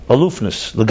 Aloofness